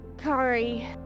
Kari